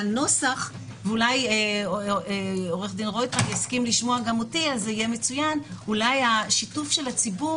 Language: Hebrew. הנוסח ואולי עו"ד רויטמן יסכים לשמוע גם אותי אולי שיתוף הציבור